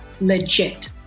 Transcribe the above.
legit